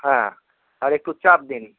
হ্যাঁ আর একটু চাপ দিন